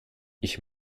ich